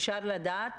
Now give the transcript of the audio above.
אפשר לדעת.